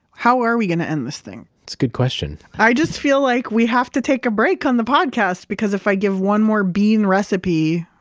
how are we gonna end this thing? that's a good question i just feel like we have to take a break on the podcast because if i give one more bean recipe,